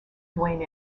duane